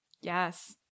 Yes